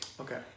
okay